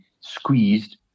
squeezed